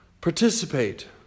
Participate